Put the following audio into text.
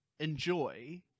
enjoy